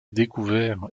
découvert